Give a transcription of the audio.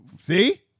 See